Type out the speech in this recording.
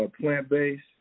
plant-based